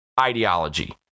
ideology